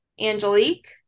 Angelique